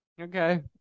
Okay